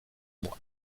mois